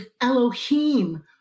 Elohim